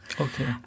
Okay